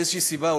מאיזושהי סיבה,